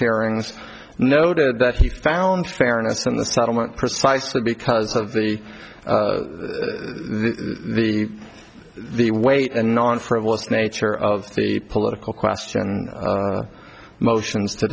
hearings noted that he found fairness in the settlement precisely because of the the the weight and non frivolous nature of the political question motions to